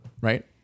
right